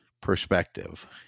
perspective